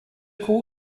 call